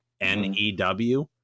N-E-W